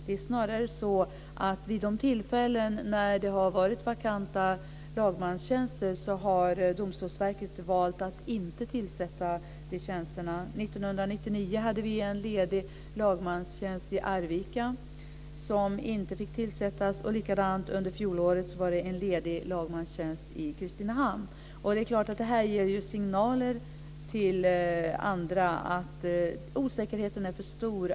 Det är snarare så att vid de tillfällen då det har funnits vakanta lagmanstjänster har Domstolsverket valt att inte tillsätta dessa tjänster. År 1999 hade vi en ledig lagmanstjänst i Arvika som inte fick tillsättas. Det var likadant under fjolåret. Då fanns det en ledig lagmanstjänst i Kristinehamn. Detta ger ju signaler till andra att osäkerheten är för stor.